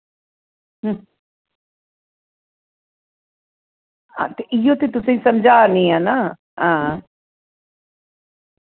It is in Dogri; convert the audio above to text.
हां ते इ'यो ते तुसें ई समझाऽ नी ऐ ना हां